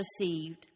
received